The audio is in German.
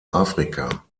afrika